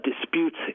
disputes